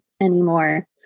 anymore